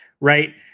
right